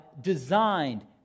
designed